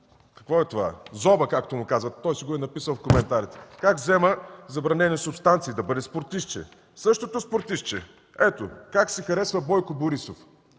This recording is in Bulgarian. какво е това? Зоба, както му казват. Той си го е написал в коментарите. Как взема забранени субстанции, за да бъде спортистче. Същото спортистче – ето (показва снимки), как си харесва Бойко Борисов.